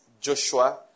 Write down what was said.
Joshua